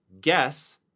Guess